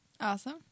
Awesome